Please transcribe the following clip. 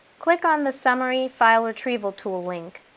click on the summary file retrieval tool link.